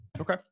Okay